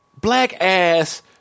black-ass